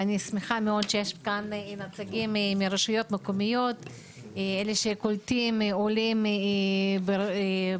אני שמחה מאוד שיש כאן נציגים מרשויות מקומיות שקולטות עולות בערים,